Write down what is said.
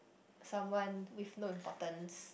someone with no importance